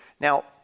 Now